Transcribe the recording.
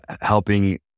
helping